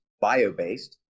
bio-based